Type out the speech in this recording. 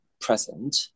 present